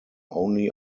only